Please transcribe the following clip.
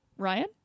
Ryan